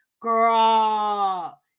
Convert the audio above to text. Girl